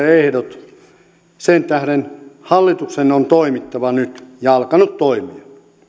ehdot sen tähden hallituksen on toimittava nyt ja se on alkanut toimia